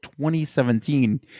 2017